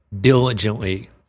diligently